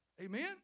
Amen